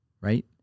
right